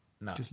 No